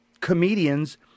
comedians